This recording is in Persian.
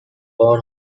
بار